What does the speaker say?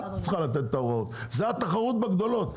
את צריכה לסייע לקטנים להתחרות בגדולים.